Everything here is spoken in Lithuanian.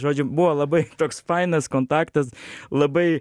žodžiu buvo labai toks fainas kontaktas labai